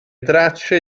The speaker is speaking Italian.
tracce